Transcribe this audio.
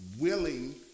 willing